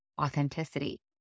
authenticity